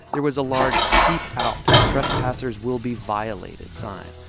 there was a large keep out trespassers will be violated sign,